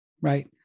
right